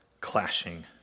clashing